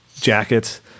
jacket